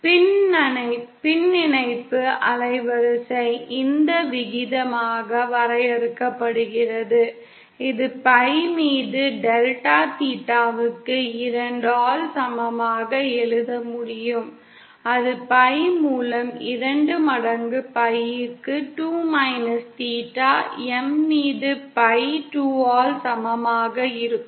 பின்னிணைப்பு அலைவரிசை இந்த விகிதமாக வரையறுக்கப்படுகிறது இது டெல்டா தீட்டா பை pi 2 க்கு சமமாக எழுத முடியும் அது பை மூலம் இரண்டு மடங்கு பைவுக்கு 2 மைனஸ் தீட்டா M மீது பை 2 ஆல் சமமாக இருக்கும்